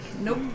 Nope